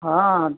हाँ